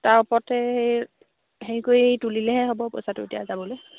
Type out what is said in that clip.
তাৰ ওপৰতে হেৰি কৰি তুলিলেহে হ'ব পইছাটো এতিয়া যাবলৈ